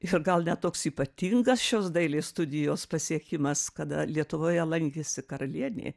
ir gal ne toks ypatingas šios dailės studijos pasiekimas kada lietuvoje lankėsi karalienė